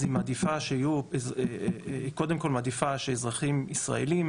היא מעדיפה שיהיו קודם כל מעדיפה שאזרחים ישראלים,